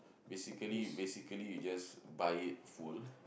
basically basically you just buy it full